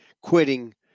quitting